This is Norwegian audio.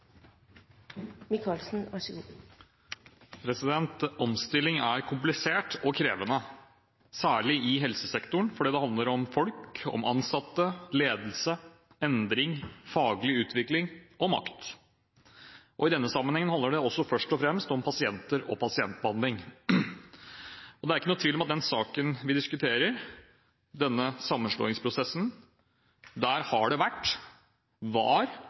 komplisert og krevende, særlig i helsesektoren, fordi det handler om folk, om ansatte, ledelse, endring, faglig utvikling og makt. I denne sammenhengen handler det også først og fremst om pasienter og pasientbehandling. Det er ikke noen tvil om at i den saken vi diskuterer – denne sammenslåingsprosessen – har det vært, var